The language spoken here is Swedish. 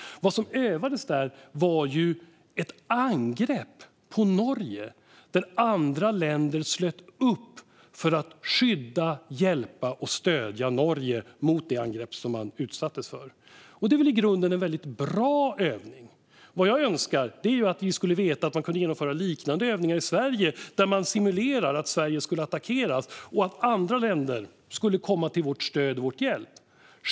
Vad som övades var ett angrepp på Norge, där andra länder slöt upp för att skydda, hjälpa och stödja. Det är i grunden en väldigt bra övning. Vad jag önskar är att vi skulle veta att man kunde genomföra liknande övningar i Sverige, där man simulerar att Sverige attackeras och att andra länder kommer till vårt stöd och vår hjälp.